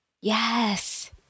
Yes